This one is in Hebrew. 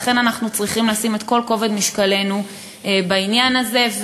לכן אנחנו צריכים לשים את כל כובד משקלנו בעניין הזה.